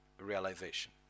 realization